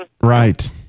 Right